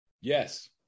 Yes